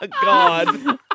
God